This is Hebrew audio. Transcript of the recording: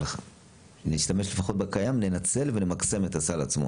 אז לפחות שנשתמש במה שקיים וננצל באופן מלא ונמקסם את הסל עצמו.